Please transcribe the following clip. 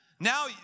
Now